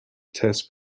test